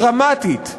דרמטית,